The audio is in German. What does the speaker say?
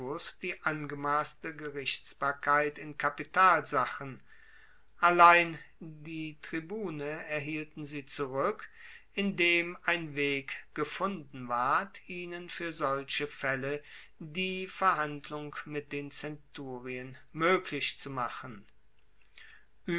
die angemasste gerichtsbarkeit in kapitalsachen allein die tribune erhielten sie zurueck indem ein weg gefunden ward ihnen fuer solche faelle die verhandlung mit den zenturien moeglich zu machen